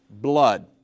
blood